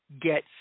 get